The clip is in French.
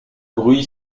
bruit